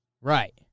Right